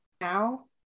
Now